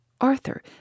Arthur